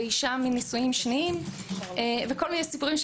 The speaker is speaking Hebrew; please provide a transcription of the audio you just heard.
ואשה משניים וכל מיני סיפורים.